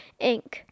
inc